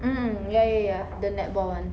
mm ya ya ya the netball [one]